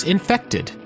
Infected